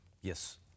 Yes